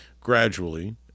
gradually